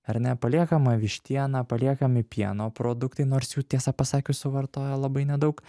ar ne paliekama vištiena paliekami pieno produktai nors jų tiesą pasakius suvartoja labai nedaug